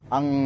Ang